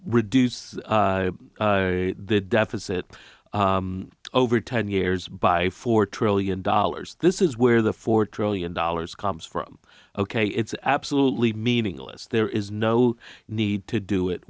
reduce the deficit over ten years by four trillion dollars this is where the four trillion dollars comes from ok it's absolutely meaningless there is no need to do it